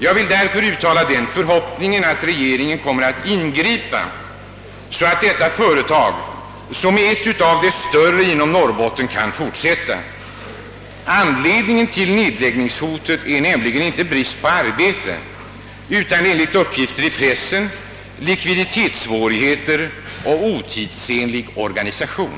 Jag vill därför uttala den förhoppningen att regeringen kommer att ingripa, så att detta företag, som är ett av de större inom Norrbotten, kan fortsätta. Anledningen till nedläggningshotet är nämligen enligt uppgifter i pressen inte brist på arbete utan likviditetssvårigheter och otidsenlig organisation.